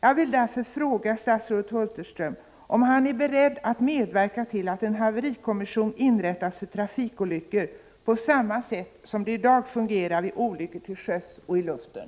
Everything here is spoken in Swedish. Jag vill därför fråga statsrådet Hulterström om han är beredd att medverka till att en haverikommission för trafikolyckor inrättas, på samma sätt som det i dag fungerar vid olyckor till sjöss och i luften.